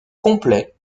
complet